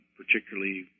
particularly